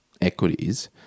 equities